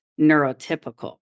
neurotypical